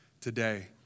today